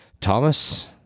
Thomas